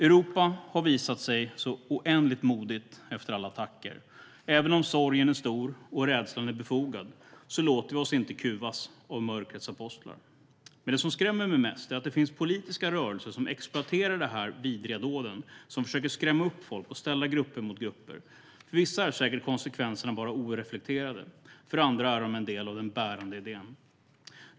Europa har visat sig så oändligt modigt efter alla attacker. Även om sorgen är stor och rädslan är befogad låter vi oss inte kuvas av mörkrets apostlar. Men det som skrämmer mig mest är att det finns politiska rörelser som exploaterar dessa vidriga dåd, som försöker att skrämma upp folk och ställa grupper mot grupper. Vissa är säkert en konsekvens av att vara oreflekterade medan det för andra är en del av den bärande idén.